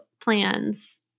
plans